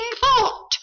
thought